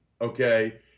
okay